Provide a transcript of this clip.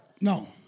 No